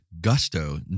gusto